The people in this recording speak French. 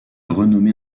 renommée